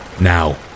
now